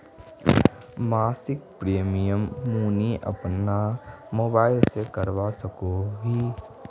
मासिक प्रीमियम मुई अपना मोबाईल से करवा सकोहो ही?